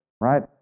right